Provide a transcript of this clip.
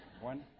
one